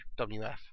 WF